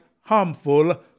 harmful